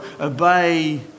Obey